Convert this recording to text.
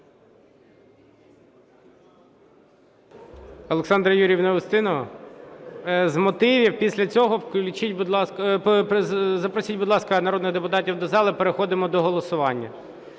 Олександра Юріївна Устінова? З мотивів. Після цього запросіть, будь ласка, народних депутатів до зали і переходимо до голосування.